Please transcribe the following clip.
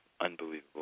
unbelievable